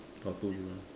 got two view lah